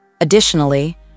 Additionally